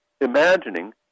imagining